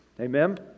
Amen